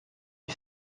une